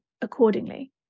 accordingly